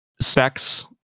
sex